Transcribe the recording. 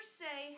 say